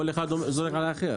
כל אחד זורק על האחר.